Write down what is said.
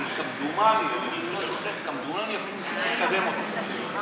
כמדומני, אני אפילו לא